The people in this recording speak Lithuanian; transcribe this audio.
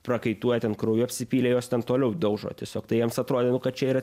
prakaituoja ten krauju apsipylę juos ten toliau daužo tiesiog tai jiems atrodė kad čia yra